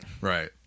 Right